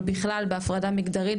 אבל בכלל בהפרדה מגדרית,